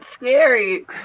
scary